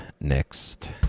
next